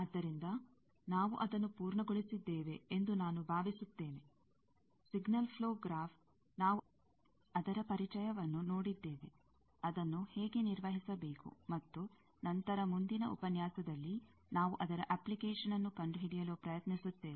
ಆದ್ದರಿಂದ ನಾವು ಅದನ್ನು ಪೂರ್ಣಗೊಳಿಸಿದ್ದೇವೆ ಎಂದು ನಾನು ಭಾವಿಸುತ್ತೇನೆ ಸಿಗ್ನಲ್ ಪ್ಲೋ ಗ್ರಾಫ್ ನಾವು ಅದರ ಪರಿಚಯವನ್ನು ನೋಡಿದ್ದೇವೆ ಅದನ್ನು ಹೇಗೆ ನಿರ್ವಹಿಸಬೇಕು ಮತ್ತು ನಂತರ ಮುಂದಿನ ಉಪನ್ಯಾಸದಲ್ಲಿ ನಾವು ಅದರ ಅಪ್ಲಿಕೇಷನ್ನ್ನು ಕಂಡುಹಿಡಿಯಲು ಪ್ರಯತ್ನಿಸುತ್ತೇವೆ